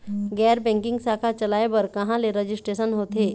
गैर बैंकिंग शाखा चलाए बर कहां ले रजिस्ट्रेशन होथे?